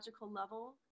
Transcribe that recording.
level